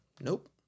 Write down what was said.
Nope